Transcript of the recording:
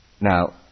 Now